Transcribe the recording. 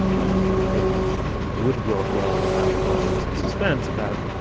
and it would work well to have elements of suspense about,